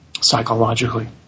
psychologically